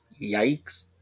Yikes